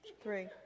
three